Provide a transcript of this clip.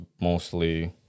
mostly